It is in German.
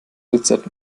glitzert